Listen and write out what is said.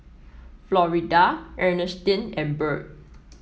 Florida Ernestine and Bird